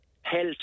Health